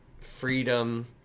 freedom